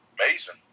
amazing